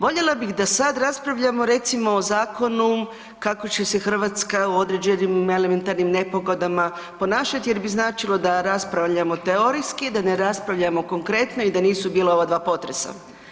Voljela bih da sad raspravljamo recimo o zakonu kako će se Hrvatska u određenim elementarnim nepogodama ponašati jer bi značilo da raspravljamo teorijski, da ne raspravljamo konkretno i da nisu bila ova dva potresa.